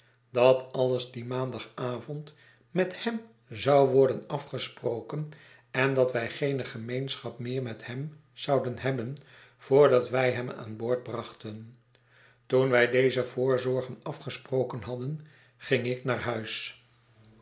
dat alles dien maandagavond met hem zou worden afgesproken en dat wij geene gemeenschap meer met hem zouden hebben voordat wij hem aan boord brachten toen wij deze voorzorgen afgesproken hadden ging ik naar huis